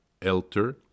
Elter